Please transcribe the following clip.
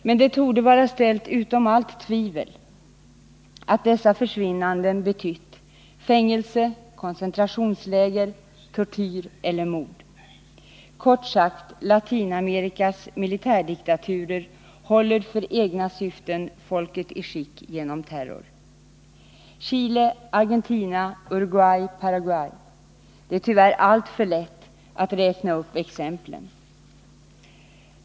Men det torde vara ställt utom allt tvivel att dessa försvinnanden betytt fängelse, koncentrationsläger, tortyr eller mord. Kort sagt: Latinamerikas militärdiktaturer håller för egna syften folket i schack genom terror. Chile, Argentina, Uruguay, Paraguay — det är tyvärr alltför lätt att räkna upp exemplen.